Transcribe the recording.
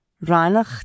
Reinach